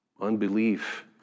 Unbelief